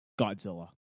Godzilla